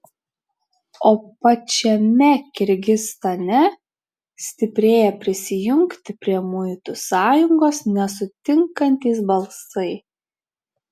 o pačiame kirgizstane stiprėja prisijungti prie muitų sąjungos nesutinkantys balsai